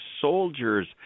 soldiers